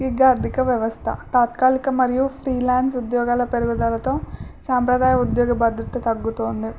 ఇక అర్థిక వ్యవస్థ తాత్కాలిక మరియు ఫ్రీ లాన్స్ ఉద్యోగాల పెరుగుదలతో సాంప్రదాయ ఉద్యోగ భద్రత తగ్గుతూ ఉంది